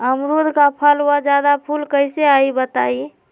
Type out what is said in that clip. अमरुद क फल म जादा फूल कईसे आई बताई?